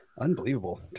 Unbelievable